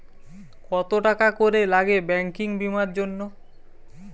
কত টাকা করে লাগে ব্যাঙ্কিং বিমার জন্য?